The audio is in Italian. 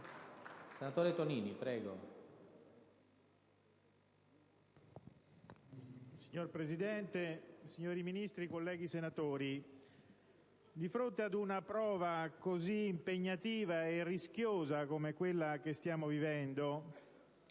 finestra") *(PD)*. Signor Presidente, signori Ministri, colleghi senatori, di fronte ad una prova così impegnativa e rischiosa come quella che stiamo vivendo